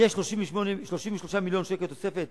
יש 33 מיליון שקל תוספת